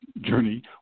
journey